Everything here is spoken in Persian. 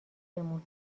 بمون